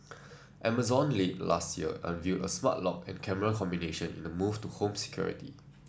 Amazon late last year unveiled a smart lock and camera combination in a move into home security